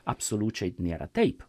absoliučiai nėra taip